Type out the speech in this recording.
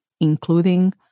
including